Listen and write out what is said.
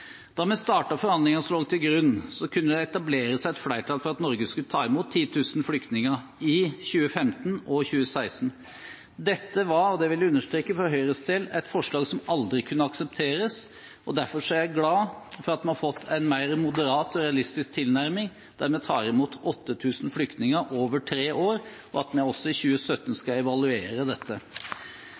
Da vi startet forhandlingene, kunne det etableres et flertall for at Norge skulle ta imot 10 000 flyktninger i 2015 og 2016. Dette var – og det vil jeg understreke – for Høyres del et forslag som aldri kunne aksepteres. Derfor er jeg glad for at vi har fått en mer moderat og realistisk tilnærming, at vi tar imot 8 000 flyktninger over tre år, og at vi skal evaluere dette i 2017.